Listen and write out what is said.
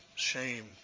Shame